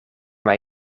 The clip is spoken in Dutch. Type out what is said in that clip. mij